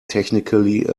technically